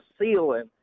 ceiling